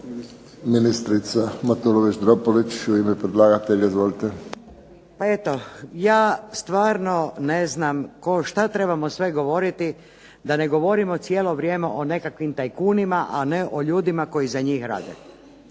Ministrica Matulović Dropulić u ime predlagatelja. **Matulović-Dropulić, Marina (HDZ)** Pa eto ja stvarno ne znam što trebamo sve govoriti da ne govorimo cijelo vrijeme o nekakvim tajkunima a ne o ljudima koji za njih rade.